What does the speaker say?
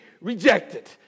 rejected